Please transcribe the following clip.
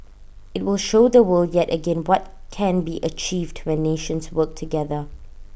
IT will show the world yet again what can be achieved when nations work together